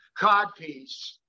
codpiece